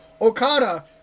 okada